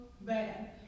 bad